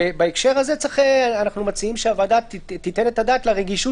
בהקשר הזה אנחנו מציעים שהוועדה תיתן את הדעת לרגישות